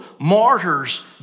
martyr's